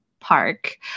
Park